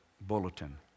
bulletin